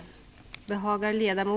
till rätta.